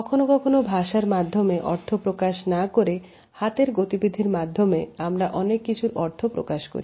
কখনো কখনো ভাষার মাধ্যমে অর্থ প্রকাশ না করে হাতের গতিবিধির মাধ্যমে আমরা অনেক কিছুর অর্থ প্রকাশ করি